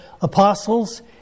apostles